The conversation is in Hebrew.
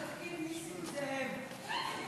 באסל בתפקיד נסים זאב.